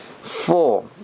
Four